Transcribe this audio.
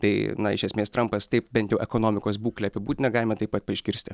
tai na iš esmės trampas taip bent jau ekonomikos būklę apibūdina galima taip pat išgirsti